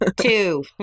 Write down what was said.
Two